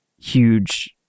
huge